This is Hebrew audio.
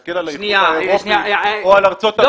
תסתכל על האיחוד האירופי או על ארצות הברית.